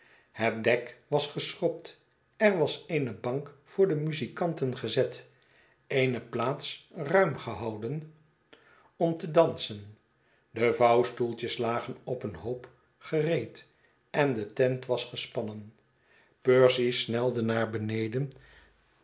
het dek was geschrobd er was eene bank voor de muzikanten gezet eene plaats ruim gehouden om te dansen de vouwstoeltjes lagen op een hoop gereed en de tent was gespannen percy snelde naar beneden